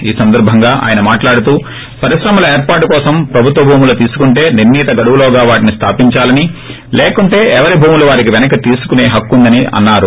ఈ సందర్భంగా ఆయన మాట్లడుతూ పరిశ్రమల ఏర్పాటు కోసం ప్రభుత్వం భూములు తీసుకుంటే నిర్లీత గడువులోగా వాటిని స్లాపించాలని లేకుంటే ప్రవరి భూములు వారు వెస్టిక్ని తీసుకునే హక్కుందని తెలిపారు